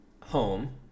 home